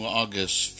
august